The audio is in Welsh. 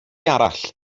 arall